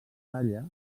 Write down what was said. talla